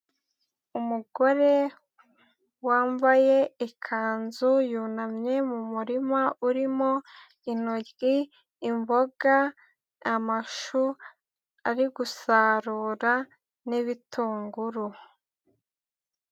Umugore wambaye ikanzu, yunamye mu murima urimo inoryi, imboga, amashu ari gusarura n'ibitunguru.